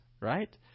right